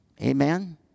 Amen